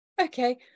Okay